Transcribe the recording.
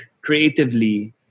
creatively